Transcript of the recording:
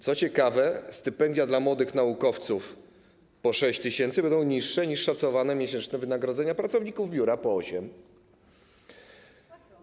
Co ciekawe, stypendia dla młodych naukowców - po 6 tys. - będą niższe niż szacowane miesięczne wynagrodzenia pracowników biura - po 8 tys.